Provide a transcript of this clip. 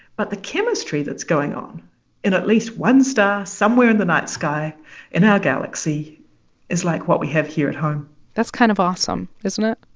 but the chemistry that's going on in at least one star somewhere in the night sky in our galaxy is like what we have here at home that's kind of awesome, isn't it?